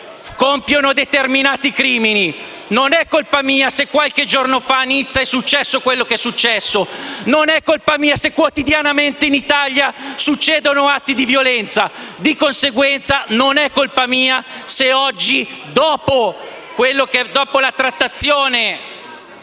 Non è colpa mia se qualche giorno fa a Nizza è successo quello che tutti sappiamo; non è colpa mia se quotidianamente in Italia succedono atti di violenza. Di conseguenza, non è colpa mia se oggi, dopo la trattazione